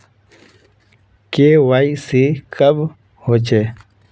KYC कब होचे?